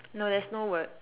no there's no word